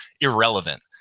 irrelevant